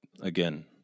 again